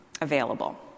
available